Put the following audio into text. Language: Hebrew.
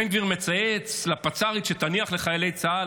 בן גביר מצייץ לפצ"רית שתניח לחיילי צה"ל,